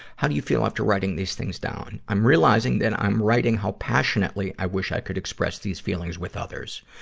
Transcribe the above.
how do you feel after writing these things down? i'm realizing that i'm writing how passionately i wish i could express these feelings with others.